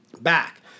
back